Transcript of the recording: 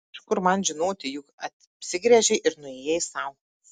iš kur man žinoti juk apsigręžei ir nuėjai sau